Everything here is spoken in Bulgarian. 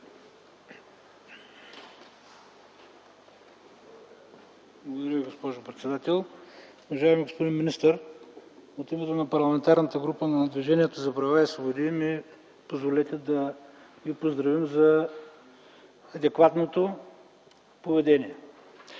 Благодаря Ви, госпожо председател. Уважаеми господин министър, от името на Парламентарната група на Движението за права и свободи ми позволете да Ви поздравя за адекватното поведение